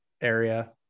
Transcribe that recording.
area